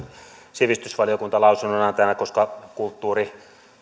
sivistysvaliokuntaa lausunnonantajana koska kulttuuri